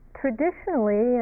traditionally